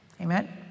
Amen